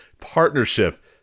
partnership